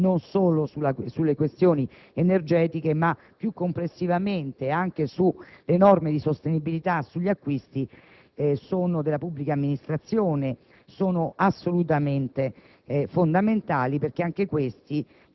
la sostenibilità ovviamente non solo sulle questioni energetiche, ma più complessivamente anche le norme di sostenibilità sugli acquisti della pubblica amministrazione sono assolutamente